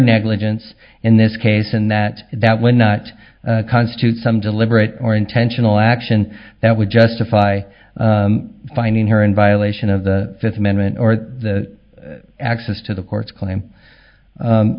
negligence in this case and that that would not constitute some deliberate or intentional action that would justify finding her in violation of the fifth amendment or the access to the court's claim